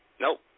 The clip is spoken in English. Nope